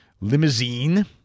Limousine